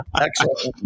Excellent